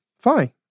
Fine